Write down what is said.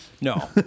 No